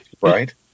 Right